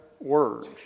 words